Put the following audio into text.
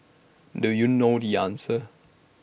do you know the answer